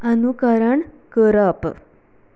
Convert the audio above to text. अनुकरण करप